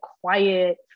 quiet